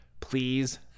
please